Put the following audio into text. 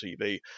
tv